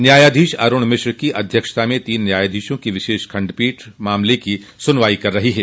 न्यायाधीश अरूण मिश्रा की अध्यक्षता में तीन न्यायाधीशों की विशेष खंडपीठ इस मामले की सुनवाई कर रही है